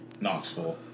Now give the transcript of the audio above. Knoxville